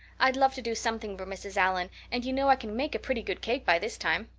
i'd love to do something for mrs. allan, and you know i can make a pretty good cake by this time.